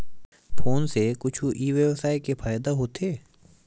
Phone से कुछु ई व्यवसाय हे फ़ायदा होथे?